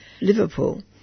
Liverpool